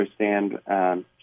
understand—